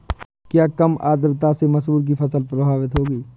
क्या कम आर्द्रता से मसूर की फसल प्रभावित होगी?